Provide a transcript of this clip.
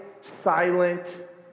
silent